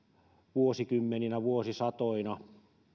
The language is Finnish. vuosikymmeninä vuosisatoina mutta